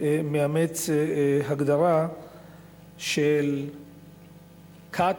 מאמץ הגדרה של כת,